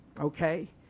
Okay